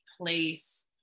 place